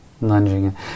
lunging